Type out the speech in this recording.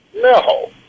No